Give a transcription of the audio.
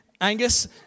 angus